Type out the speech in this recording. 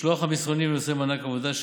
משלוח המסרונים בנושא מענק עבודה,